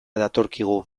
datorkigu